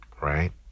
Right